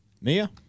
Mia